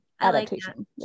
adaptation